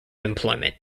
employment